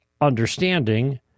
understanding